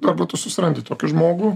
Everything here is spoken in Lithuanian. arba tu susirandi tokį žmogų